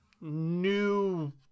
new